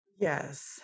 yes